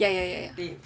yeah yeah yeah